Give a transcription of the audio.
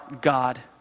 God